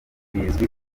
bizwi